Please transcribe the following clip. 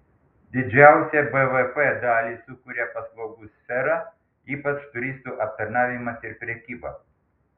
didžiausią bvp dalį sukuria paslaugų sfera ypač turistų aptarnavimas ir prekyba